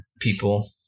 people